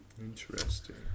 Interesting